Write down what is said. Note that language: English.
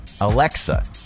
Alexa